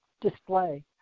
display